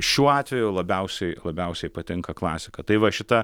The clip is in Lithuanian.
šiuo atveju labiausiai labiausiai patinka klasika tai va šita